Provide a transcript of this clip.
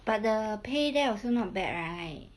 but the pay there also not bad right